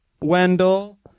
Wendell